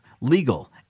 legal